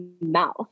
mouth